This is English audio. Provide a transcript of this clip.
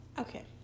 Okay